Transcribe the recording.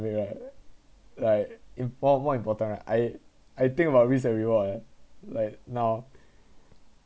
make right like in four more important right I I think about risk and reward leh like now